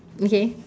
okay